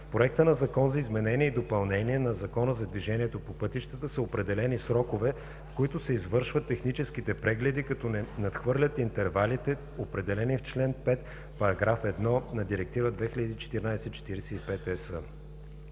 в Законопроекта за изменение и допълнение на Закона за движението по пътищата са определени срокове, в които се извършват техническите прегледи, като не надхвърлят интервалите, определени в чл. 5, § 1 на Директива 2014/45/ЕС.